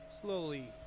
slowly